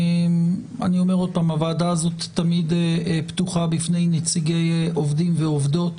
אני אומר שוב שהוועדה הזאת תמיד פתוחה בפני נציגי עובדים ועובדות.